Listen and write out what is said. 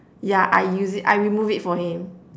yeah I use it I remove it for him